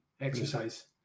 exercise